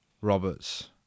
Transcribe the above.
Roberts